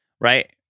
right